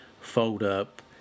fold-up